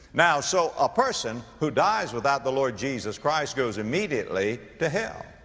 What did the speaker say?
now, so a person who dies without the lord jesus christ goes immediately to hell.